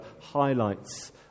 highlights